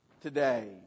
today